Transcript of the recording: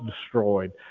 destroyed